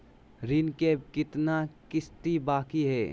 ऋण के कितना किस्त बाकी है?